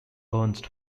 ernst